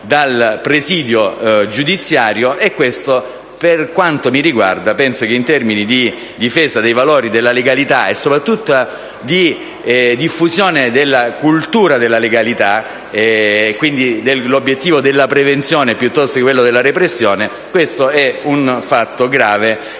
dal presidio giudiziario e questo, a mio avviso, in termini di difesa dei valori della legalità e soprattutto di diffusione della cultura della legalità (quindi nell'obiettivo della prevenzione piuttosto che della repressione) è un fatto grave